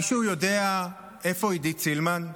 מישהו יודע איפה עידית סילמן?